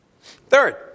Third